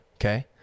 Okay